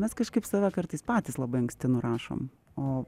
mes kažkaip save kartais patys labai anksti nurašom o